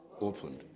opened